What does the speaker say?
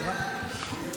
שלוש דקות.